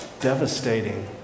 devastating